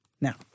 Now